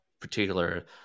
particular